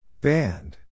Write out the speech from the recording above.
Band